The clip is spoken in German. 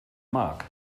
mag